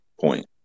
point